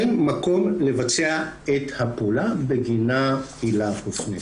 אין מקום לבצע את הפעולה בגינה הילה הופנתה.